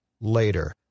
later